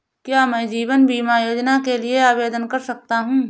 क्या मैं जीवन बीमा योजना के लिए आवेदन कर सकता हूँ?